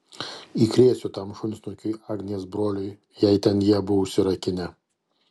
įkrėsiu tam šunsnukiui agnės broliui jei ten jie abu užsirakinę